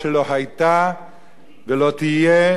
ולא תהיה בשום מקום בעולם.